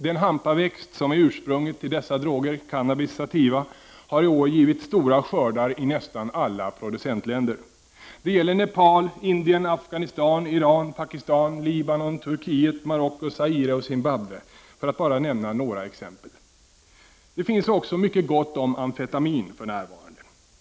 Den hampaväxt som är ursprunget till dessa droger, Cannabis Sativa, har i år givit stora skördar i nästan alla producentländer. Det gäller Nepal, Indien, Afghanistan, Iran, Pakistan, Libanon, Turkiet, Marocko, Zaire och Zimbabwe, för att bara nämna några exempel. Det finns också mycket gott om amfetamin för närvarande.